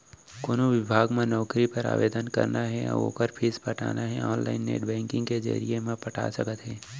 कोनो बिभाग म नउकरी बर आवेदन करना हे अउ ओखर फीस पटाना हे ऑनलाईन नेट बैंकिंग के जरिए म पटा सकत हे